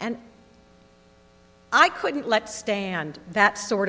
and i couldn't let stand that sort